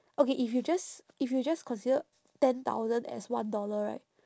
okay if you just if you just consider ten thousand as one dollar right